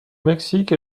mexique